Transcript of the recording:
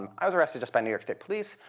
um i was arrested just by new york state police,